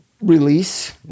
release